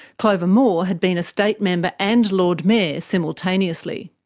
clover moore had been a state member and lord mayor simultaneously.